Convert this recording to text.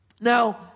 Now